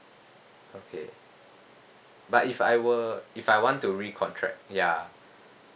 okay but if I were if I want to recontract ya